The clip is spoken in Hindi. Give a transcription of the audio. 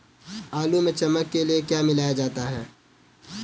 आलू में चमक के लिए क्या मिलाया जाता है?